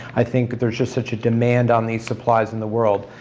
i think there's just such a demand on these supplies in the world.